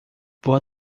boa